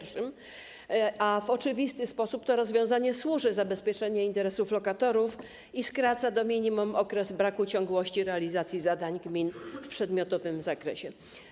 W oczywisty sposób to rozwiązanie służy zabezpieczeniu interesów lokatorów i skraca do minimum okres braku ciągłości realizacji zadań gmin w przedmiotowym zakresie.